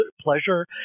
pleasure